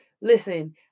Listen